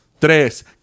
tres